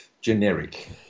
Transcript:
generic